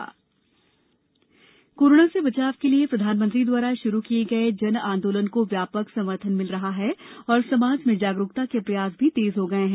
जन आंदोलन अपील कोरोना से बचाव के लिए प्रधानमंत्री द्वारा शुरू किये गये जन आंदोलन को व्यापक समर्थन मिल रहा है और समाज में जागरूकता के लिए प्रयास तेज हो गये है